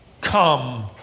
come